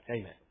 Amen